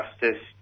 justice